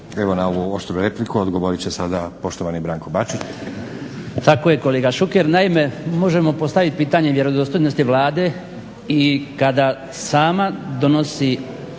Evo na oštru repliku odgovorit će sada poštovani Branko Bačić. **Bačić, Branko (HDZ)** Tako je kolega Šuker. Naime, možemo postaviti pitanje vjerodostojnosti Vlade i kada sama donosi